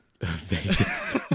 Vegas